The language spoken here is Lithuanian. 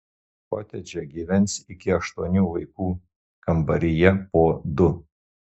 kotedže gyvens iki aštuonių vaikų kambaryje po du